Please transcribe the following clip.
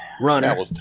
Runner